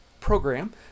program